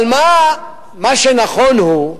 אבל מה שנכון הוא,